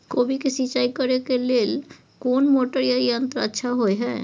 कोबी के सिंचाई करे के लेल कोन मोटर या यंत्र अच्छा होय है?